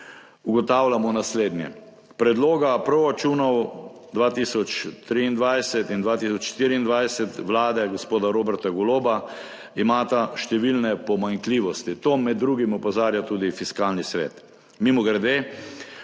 ugotavljamo naslednje: predloga proračunov 2023 in 2024 vlade gospoda Roberta Goloba imata številne pomanjkljivosti. Na to med drugim opozarja tudi Fiskalni svet. Mimogrede,